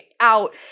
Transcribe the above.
out